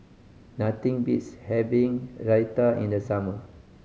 nothing beats having Raita in the summer